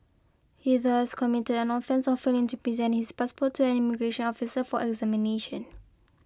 he thus committed an offence of failing to present his passport to an immigration officer for examination